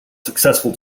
successful